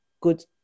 good